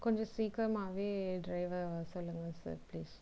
கொஞ்சம் சீக்கரமாகவே டிரைவர் வர சொல்லுங்கள் சார் ப்ளீஸ்